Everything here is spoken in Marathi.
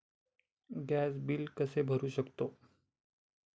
गॅस बिल कसे भरू शकतो?